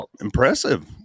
impressive